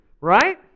right